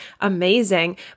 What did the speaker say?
amazing